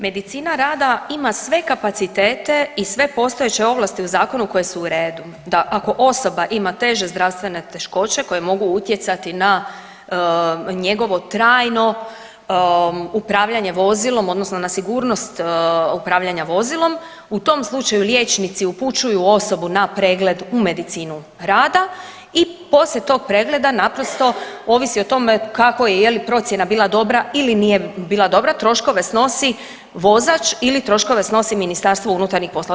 Medicina rada ima sve kapacitete i sve postojeće ovlasti u zakonu koje su u redu da ako osoba ima teže zdravstvene teškoće koje mogu utjecati na njegovo trajno upravljanje vozilom odnosno na sigurnost upravljanja vozilom u tom slučaju liječnici upućuju osobu na pregled u medicinu rada i poslije tog pregleda naprosto ovisi o tome kakvo je, je li procjena bila dobra ili nije bila dobra, troškove snosi vozač ili troškove snosi MUP.